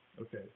okay